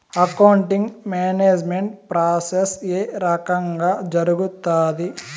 accounting management process ఏ రకంగా జరుగుతాది